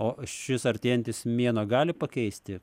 o šis artėjantis mėnuo gali pakeisti